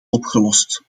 opgelost